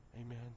Amen